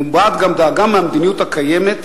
מובעת גם דאגה מהמדיניות הקיימת,